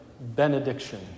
benediction